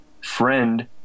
friend